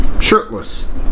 shirtless